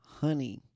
honey